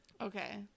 okay